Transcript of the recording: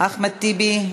אחמד טיבי,